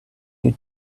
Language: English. you